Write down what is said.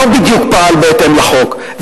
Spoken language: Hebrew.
לא בדיוק פעל בהתאם לחוק.